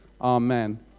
amen